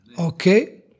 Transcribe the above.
okay